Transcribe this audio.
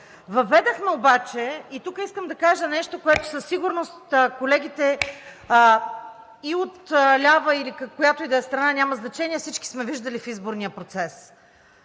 Въведохме обаче – и тук искам да кажа нещо, което със сигурност колегите и отляво, и от която ѝ да е страна, няма значение, всички сме виждали в изборния процес,